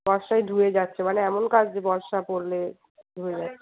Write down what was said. বর্ষায় ধুয়ে যাচ্ছে মানে এমন কাজ যে বর্ষা পড়লে ধুয়ে যায়